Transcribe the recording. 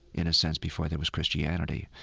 in a sense, before there was christianity.